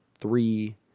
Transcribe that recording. three